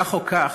כך או כך,